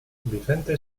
vicente